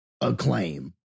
acclaim